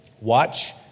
Watch